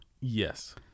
Yes